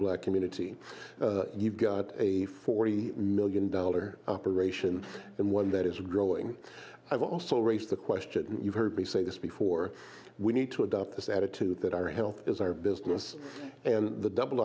black community you've got a forty million dollar operation and one that is growing i've also raised the question and you've heard me say this before we need to adopt this attitude that our health is our business and the double